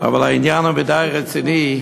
אבל העניין הוא מדי רציני,